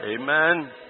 Amen